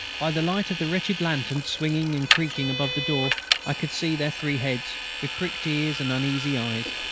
by the light of the wretched lantern swinging and creaking above the door i could see their three heads, with pricked ears and uneasy eyes.